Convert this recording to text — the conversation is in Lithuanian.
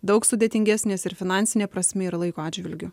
daug sudėtingesnės ir finansine prasme ir laiko atžvilgiu